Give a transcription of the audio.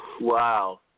Wow